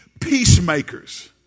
peacemakers